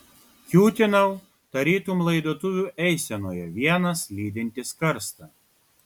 kiūtinau tarytum laidotuvių eisenoje vienas lydintis karstą